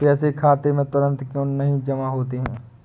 पैसे खाते में तुरंत क्यो नहीं जमा होते हैं?